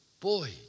Boy